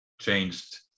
changed